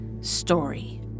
story